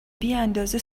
بیاندازه